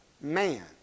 man